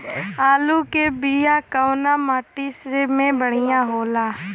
आलू के बिया कवना माटी मे बढ़ियां होला?